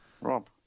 Rob